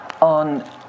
on